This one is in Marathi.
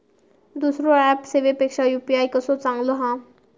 दुसरो ऍप सेवेपेक्षा यू.पी.आय कसो चांगलो हा?